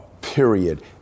period